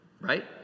right